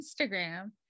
Instagram